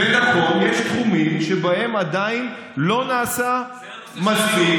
ונכון, יש תחומים שבהם עדיין לא נעשה מספיק.